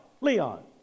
Leon